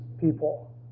people